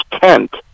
tent